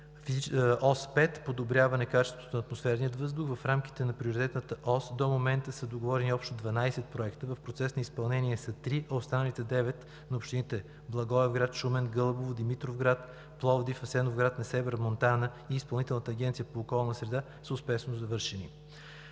Ос 5 „Подобряване качеството на атмосферния въздух“. В рамките на Приоритетната ос до момента са договорени общо 12 проекта. В процес на изпълнение са 3, а останалите 9 – на общините Благоевград, Шумен, Гълъбово, Димитровград, Пловдив, Асеновград, Несебър, Монтана и Изпълнителната агенция по околна среда, са успешно завършени.